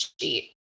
sheet